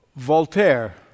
Voltaire